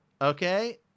okay